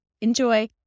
Enjoy